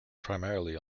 primarily